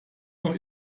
noch